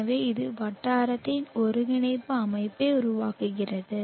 எனவே இது வட்டாரத்தின் ஒருங்கிணைப்பு அமைப்பை உருவாக்குகிறது